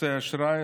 בכרטיסי אשראי,